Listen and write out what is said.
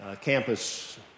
campus